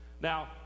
Now